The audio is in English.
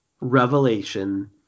revelation